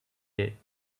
day